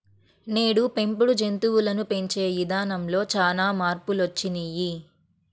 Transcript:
నేడు పెంపుడు జంతువులను పెంచే ఇదానంలో చానా మార్పులొచ్చినియ్యి